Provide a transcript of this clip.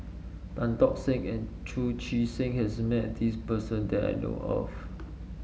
Tan Tock Seng and Chu Chee Seng has met this person that I know of